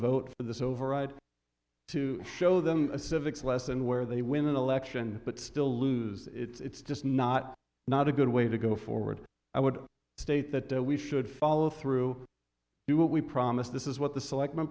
vote for this override to show them a civics lesson where they win an election but still lose it's just not not a good way to go forward i would state that we should follow through to what we promise this is what the select